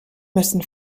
müssen